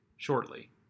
shortly